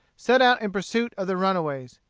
set out in pursuit of the runaways.